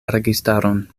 registaron